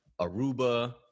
Aruba